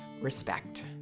respect